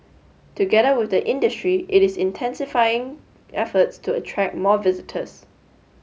together with the industry it is intensifying efforts to attract more visitors